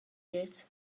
gliez